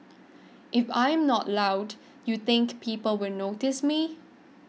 if I am not loud you think people will notice me